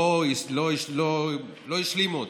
לא השלימו אותו,